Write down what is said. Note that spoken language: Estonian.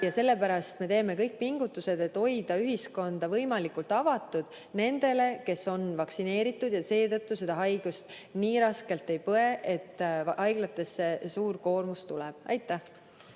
Sellepärast me teeme kõik pingutused, et hoida ühiskonda võimalikult avatud nendele, kes on vaktsineeritud ja seetõttu seda haigust nii raskelt ei põe, et haiglatesse suur koormus tuleb. Aitäh!